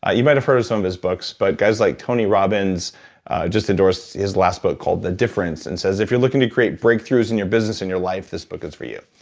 ah you might've heard of some of his books, but guys like tony robbins just endorsed his last book called the difference and says, if you're looking to create breakthroughs in your business and your life, this book is for you.